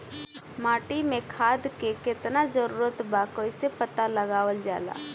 माटी मे खाद के कितना जरूरत बा कइसे पता लगावल जाला?